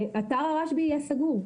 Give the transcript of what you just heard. אתר הרשב"י יהיה סגור.